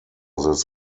this